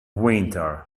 winter